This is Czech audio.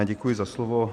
Děkuji za slovo.